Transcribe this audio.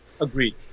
Agreed